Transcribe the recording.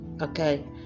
okay